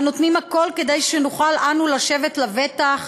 הנותנים הכול כדי שנוכל אנו לשבת לבטח,